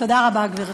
תודה רבה, גברתי.